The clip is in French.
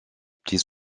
petits